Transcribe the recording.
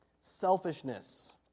Selfishness